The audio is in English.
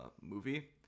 movie